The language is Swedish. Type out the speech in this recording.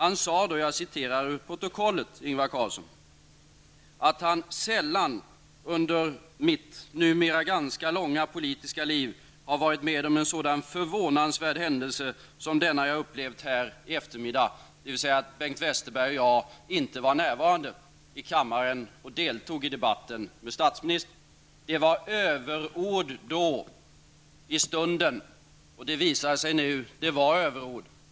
Ingvar Carlsson sade att han sällan under sitt numera ganska långa politiska liv hade varit med om en sådan förvånansvärd händelse som den han upplevde denna eftermiddag, dvs. att Bengt Westerberg och jag inte var närvarande i kammaren och deltog i debatten med statsministern. Det var överord i den stunden. Det visar sig även nu att det var överord.